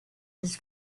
his